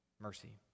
mercy